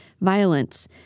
violence